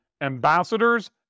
ambassadors